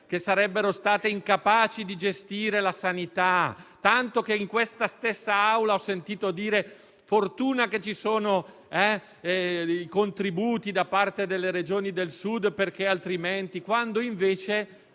che sarebbero state incapaci di gestire la sanità, tanto che in questa stessa Aula ho sentito dire «fortuna che ci sono i contributi da parte delle Regioni del Sud, perché altrimenti…», quando invece,